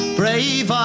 brave